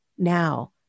now